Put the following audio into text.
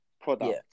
product